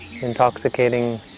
intoxicating